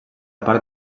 part